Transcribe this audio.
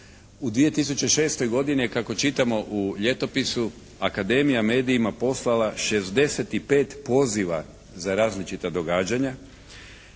U 2006. godini kako čitamo u ljetopisu, Akademija medijima poslala 65 poziva za različita događanja,